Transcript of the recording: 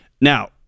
Now